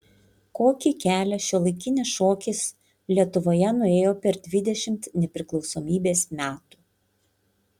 kokį kelią šiuolaikinis šokis lietuvoje nuėjo per dvidešimt nepriklausomybės metų